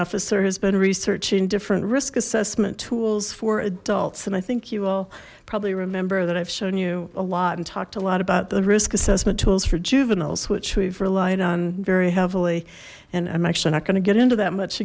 officer has been researching different risk assessment tools for adults and i think you all probably remember that i've shown you a lot and talked a lot about the risk assessment tools for juveniles which we've relied on very heavily and i'm actually not going to get into that much